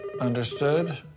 Understood